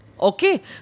Okay